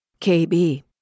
KB